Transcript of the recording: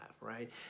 right